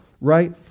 Right